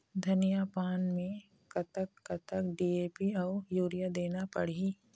धनिया पान मे कतक कतक डी.ए.पी अऊ यूरिया देना पड़ही?